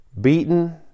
beaten